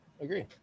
agree